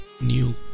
new